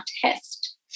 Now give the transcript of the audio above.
test